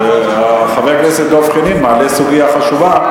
חבר הכנסת דב חנין מעלה סוגיה חשובה.